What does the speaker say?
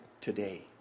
today